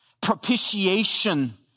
propitiation